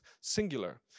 singular